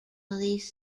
police